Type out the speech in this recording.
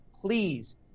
please